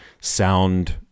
sound